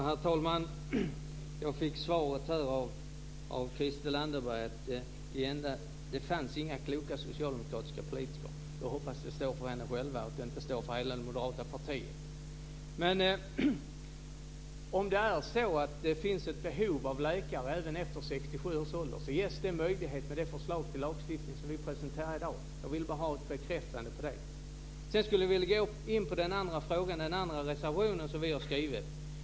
Herr talman! Jag fick här till svar av Christel Anderberg att det inte finns några kloka socialdemokratiska politiker. Jag hoppas att det står för henne själv och att det inte står för hela det moderata partiet. Men om det är så att det finns ett behov av läkare även efter 67 års ålder ges det en möjlighet med det förslag till lagstiftning som vi presenterar i dag. Jag vill bara ha en bekräftelse på det. Sedan skulle jag vilja gå in på den andra frågan, den andra reservation som vi har skrivit.